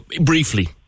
Briefly